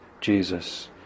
Jesus